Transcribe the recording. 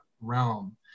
realm